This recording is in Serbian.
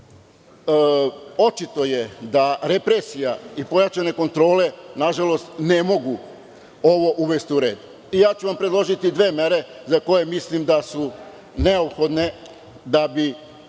veća. Očito je da represija i pojačane kontrole, nažalost, ne mogu ovo uvesti u red. Predložiću vam dve mere za koje mislim da su neophodne da bi